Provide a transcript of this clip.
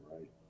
right